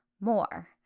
more